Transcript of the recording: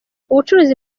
ubucuruzi